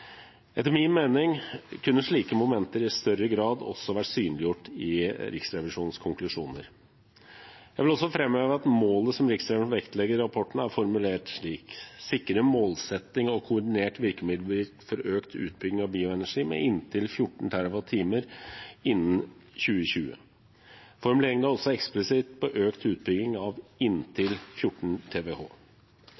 Etter min mening kunne slike momenter i større grad også vært synliggjort i Riksrevisjonens konklusjoner. Jeg vil også framheve at målet som Riksrevisjonen vektlegger i rapporten, er formulert slik: «Sikre målrettet og koordinert virkemiddelbruk for økt utbygging av bioenergi med inntil 14 TWh innen 2020.» Formuleringen er også eksplisitt på økt utbygging av